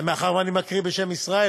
מאחר שאני מקריא בשם ישראל,